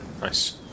Nice